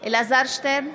אלעזר שטרן,